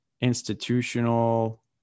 institutional